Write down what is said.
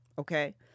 Okay